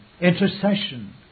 intercession